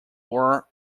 wore